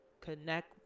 connect